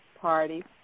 party